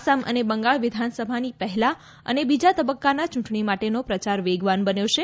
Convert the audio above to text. આસામ અને બંગાળ વિધાનસભાની પહેલા અને બીજા તબક્કાના યૂંટણી માટેનો પ્રચાર વેગવાન બન્યો છે